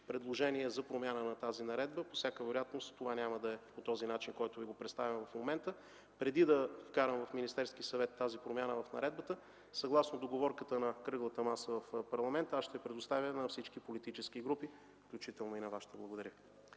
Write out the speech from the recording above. предложения за промяна на тази наредба. По всяка вероятност това няма да е начинът, който Ви представям в момента. Преди да вкарам в Министерски съвет тази промяна в наредбата, съгласно договорката на кръглата маса в парламента, аз ще я предоставя на всички парламентарни групи, включително и на Вашата. Благодаря.